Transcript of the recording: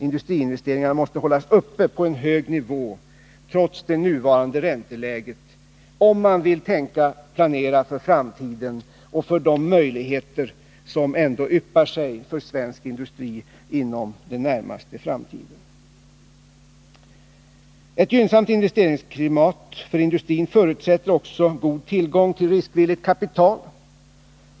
Industriinvesteringarna måste hållas uppe på en hög nivå, trots det nuvarande ränteläget, om man vill planera för framtiden och för de möjligheter som trots allt kan yppa sig för svensk industri inom den närmaste framtiden. Ett gynnsamt investeringsklimat för industrin förutsätter också god tillgång till riskvilligt kapital.